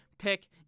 pick